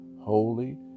holy